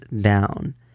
down